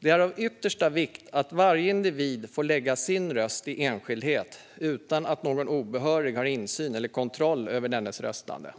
Det är av yttersta vikt att varje individ får lägga sin röst i enskildhet utan att någon obehörig har insyn eller kontroll över dennes röstande.